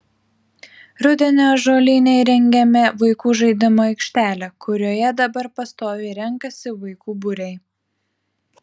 rudenį ąžuolyne įrengėme vaikų žaidimų aikštelę kurioje dabar pastoviai renkasi vaikų būriai